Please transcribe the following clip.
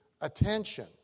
attention